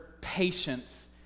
patience